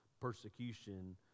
persecution